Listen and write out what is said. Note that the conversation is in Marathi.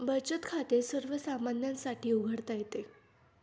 बचत खाते सर्वसामान्यांसाठी उघडता येते